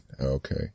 okay